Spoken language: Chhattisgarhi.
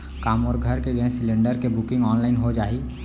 का मोर घर के गैस सिलेंडर के बुकिंग ऑनलाइन हो जाही?